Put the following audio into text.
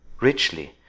Richly